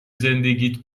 زندگیت